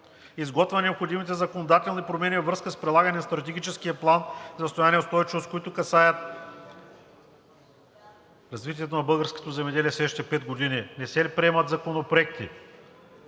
Изготвяне на необходимите законодателни промени във връзка с прилагане на Стратегическия план, повече от които касаят развитието на българското земеделие в следващите пет години. Не се ли приемат законопроекти